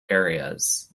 areas